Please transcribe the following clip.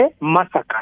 massacre